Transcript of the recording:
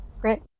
great